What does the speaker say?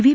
V